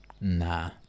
Nah